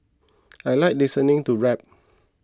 I like listening to rap